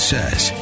Says